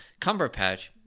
Cumberpatch